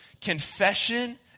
Confession